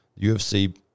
UFC